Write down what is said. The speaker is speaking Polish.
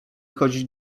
chodzić